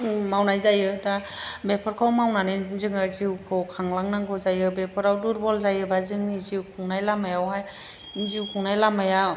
मावनाय जायो दा बेफोरखौ मावनानै जोङो जिउखौ खांलांनांगौ जायो बेफोराव दुरबल जायोब्ला जोंनि जिउ खुंनाय लामायावहाय जिउ खुंनाय लामाया